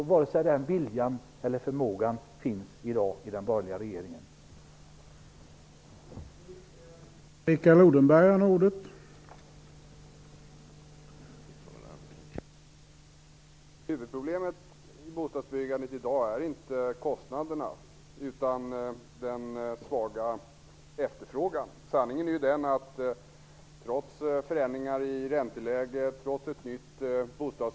I dag finns varken viljan eller förmågan hos den borgerliga regeringen att åstadkomma detta.